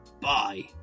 Bye